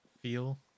feel